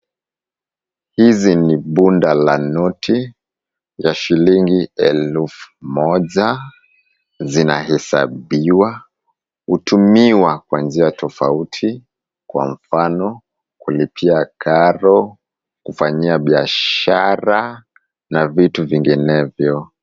Hizi ni bunda za noti ya shilingi elfu moja zinahesabiwa. Hutumiwa kwa njia tofauti, kwa mfano kulipia karo, kufanyia biashara na vitu vinginevyo.